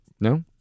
No